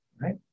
right